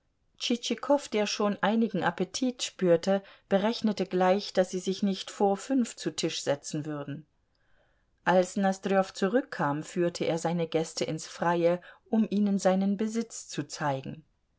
der schon einigen appetit spürte berechnete gleich daß sie sich nicht vor fünf zu tisch setzen würden als nosdrjow zurückkam führte er seine gäste ins freie um ihnen seinen besitz zu zeigen